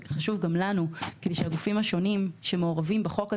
זה חשוב גם לנו כדי שהגופים השונים שמעורבים בחוק הזה,